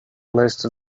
most